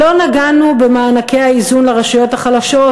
לא נגענו במענקי האיזון לרשויות החלשות,